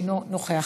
אינו נוכח.